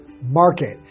Market